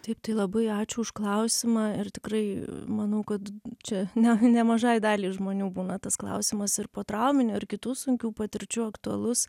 taip tai labai ačiū už klausimą ir tikrai manau kad čia ne nemažai daliai žmonių būna tas klausimas ir po trauminių ar kitų sunkių patirčių aktualus